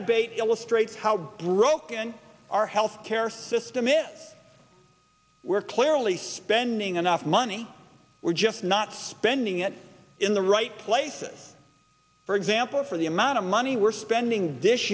debate illustrates how broken our health care system is we're clearly spending enough money we're just not spending it in the right places for example for the amount of money we're spending this